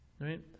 right